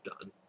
done